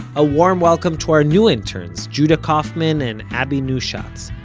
a warm welcome to our new interns, judah kauffman and abby neuschatz,